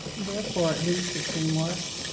therefore, it leads to teamwork.